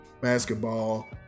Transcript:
basketball